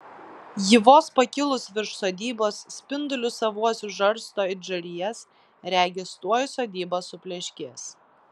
ji vos pakilus virš sodybos spindulius savuosius žarsto it žarijas regis tuoj sodyba supleškės